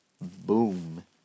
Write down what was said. boom